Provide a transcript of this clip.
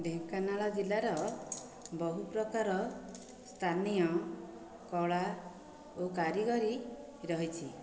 ଢେଙ୍କାନାଳ ଜିଲ୍ଲାର ବହୁ ପ୍ରକାର ସ୍ଥାନୀୟ କଳା ଓ କାରିଗରୀ ରହିଛି